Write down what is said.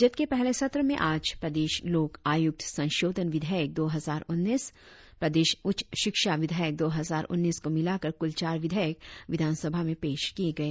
budget के पहले सत्र में आज प्रदेश लोक आयुक्त संशोधन विधेयक दो हजार उन्नीस प्रदेश उच्च शिक्षा विधेयक दो हजार उन्नीस को मिलाकर कुल चार विधेयक विधान सभा में पेश किए गए